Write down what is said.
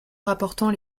rapportant